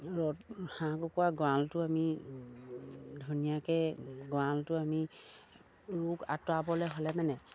ৰ'দ হাঁহ কুকুৰা গঁৰালটো আমি ধুনীয়াকে গঁৰালটো আমি ৰোগ আঁতৰাবলে হ'লে মানে